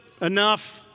enough